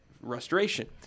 restoration